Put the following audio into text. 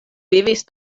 vivis